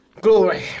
Glory